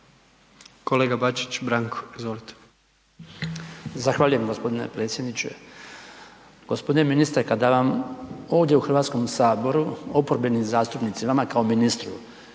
**Bačić, Branko (HDZ)** Zahvaljujem gospodine predsjedniče. Gospodine ministre kada vam ovdje u Hrvatskom saboru oporbeni zastupnici, vama kao ministru